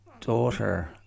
daughter